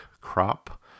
crop